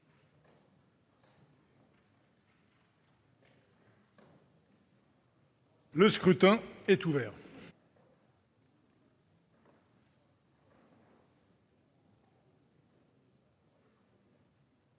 Le scrutin est ouvert.